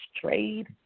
trade